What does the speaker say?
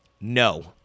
No